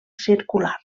circular